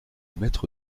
mètre